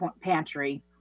pantry